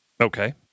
Okay